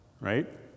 right